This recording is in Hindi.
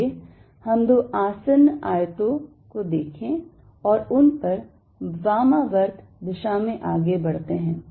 आइए हम दो आसन्न आयतों को देखें और उन पर वामावर्त दिशा में आगे बढ़ते हैं